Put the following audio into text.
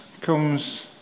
comes